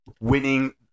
winning